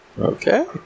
okay